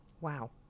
Wow